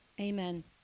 Amen